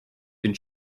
been